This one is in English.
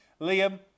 Liam